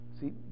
see